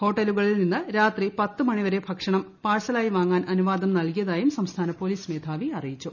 ഹോട്ട ലുകളിൽ നിന്ന് രാത്രി പത്തുമണി വരെ ഭക്ഷണം പാഴ്സ ലായി വാങ്ങാൻ അനുവാദം നൽകിയതായും സംസ്ഥാന പോലീസ് മേധാവി അറിയിച്ചു